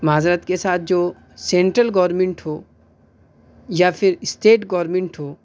معذرت کے ساتھ جو سینٹرل گورنمنٹ ہو یا پھر اسٹیٹ گورنمنٹ ہو